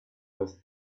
was